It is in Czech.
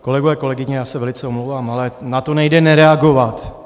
Kolegyně, kolegové, já se velice omlouvám, ale na to nejde nereagovat.